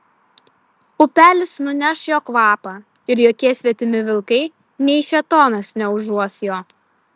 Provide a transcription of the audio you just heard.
upelis nuneš jo kvapą ir jokie svetimi vilkai nei šėtonas neužuos jo